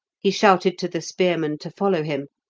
he shouted to the spearmen to follow him,